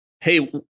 hey